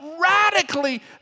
radically